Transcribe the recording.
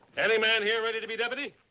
any man here ready to be deputy?